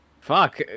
Fuck